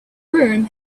room